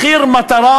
מחיר מטרה,